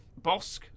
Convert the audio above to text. Bosk